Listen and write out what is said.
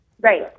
Right